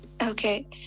okay